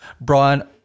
Brian